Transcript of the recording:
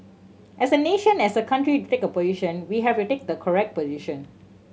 as a nation as a country to take a position we have to take the correct position